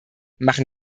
machen